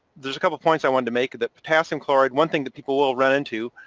there's a couple of points i want to make, that potassium chloride, one thing that people will run into.